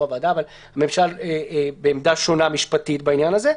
הוועדה אבל הממשלה בעמדה שונה משפטית בעניין הזה.